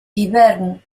hivern